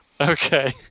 Okay